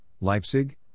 Leipzig